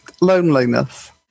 loneliness